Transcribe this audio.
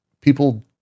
people